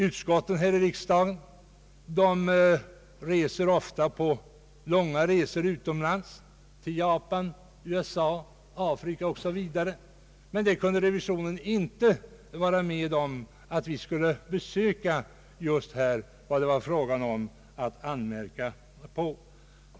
Utskotten här i riksdagen gör ofta långa resor utomlands, till Japan, USA, Afrika Oo. S. v., men revisionen ville inte att vi skulle besöka just de slott och kungsgårdar vilkas skötsel vi skulle uttala oss om.